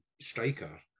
striker